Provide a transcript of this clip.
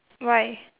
why